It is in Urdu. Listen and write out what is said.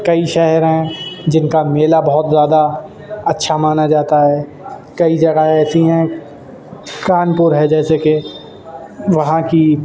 کئی شہر ہیں جن کا میلا بہت زیادہ اچھا مانا جاتا ہے کئی جگہیں ایسی ہیں کان پور ہے جیسے کہ وہاں کی